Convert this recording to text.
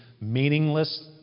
meaningless